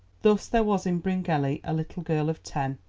thus there was in bryngelly a little girl of ten,